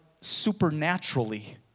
supernaturally